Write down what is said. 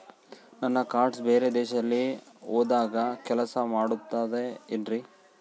ನನ್ನ ಕಾರ್ಡ್ಸ್ ಬೇರೆ ದೇಶದಲ್ಲಿ ಹೋದಾಗ ಕೆಲಸ ಮಾಡುತ್ತದೆ ಏನ್ರಿ?